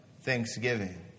Thanksgiving